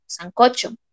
sancocho